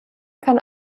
kann